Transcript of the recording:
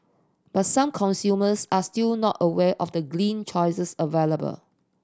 but some consumers are still not aware of the choices available